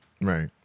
right